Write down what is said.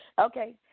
Okay